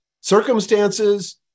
Circumstances